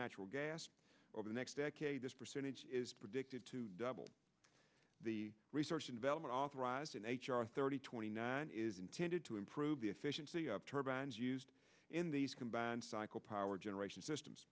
natural gas over the next decade this percentage is predicted to double the research and development authorized in h r thirty twenty nine is intended to improve the efficiency of turbines used in these combined power generation systems